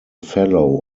fellow